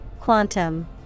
Quantum